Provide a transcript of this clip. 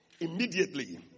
immediately